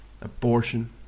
abortion